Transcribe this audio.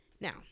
now